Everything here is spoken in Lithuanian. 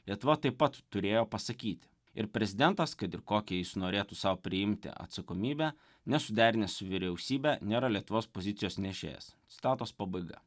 lietuva taip pat turėjo pasakyti ir prezidentas kad ir kokią jis norėtų sau priimti atsakomybę nesuderinęs su vyriausybe nėra lietuvos pozicijos nešėjas citatos pabaiga